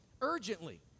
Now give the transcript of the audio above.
Urgently